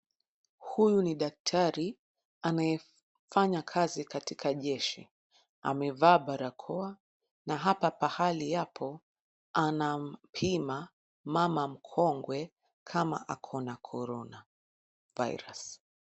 Huyu ni daktari anayefanya kazi katika jeshi. Amevaa barakoa na hapa pahali hapo anampima mama mkongwe kama akona corona virus .